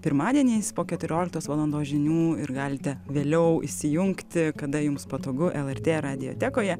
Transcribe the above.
pirmadieniais po keturioliktos valandos žinių ir galite vėliau įsijungti kada jums patogu lrt radiotekoje